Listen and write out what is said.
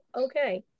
Okay